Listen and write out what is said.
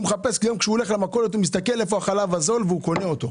היום כשהוא הולך למכולת הוא מחפש איפה החלב הזול וקונה אותו.